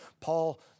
Paul